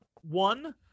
one